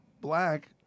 black